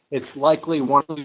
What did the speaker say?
it's likely one